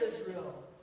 Israel